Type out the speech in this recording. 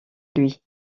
lui